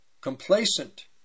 complacent